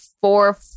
four